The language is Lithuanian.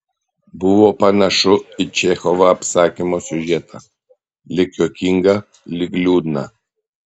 buvo panašu į čechovo apsakymo siužetą lyg juokingą lyg liūdną